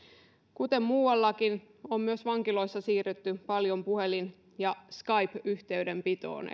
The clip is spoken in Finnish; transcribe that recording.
kuten muuallakin on myös vankiloissa siirrytty paljon puhelin ja skype yhteydenpitoon